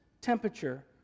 temperature